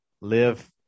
Live